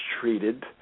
treated